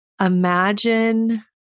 imagine